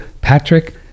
Patrick